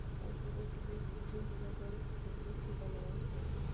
corporate वित्त उ होला जवन पूंजी जे बनावत हवे